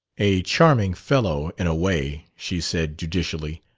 a charming fellow in a way, she said judicially.